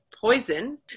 poison